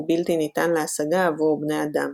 הוא בלתי ניתן להשגה עבור בני אדם.